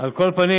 על כל פנים,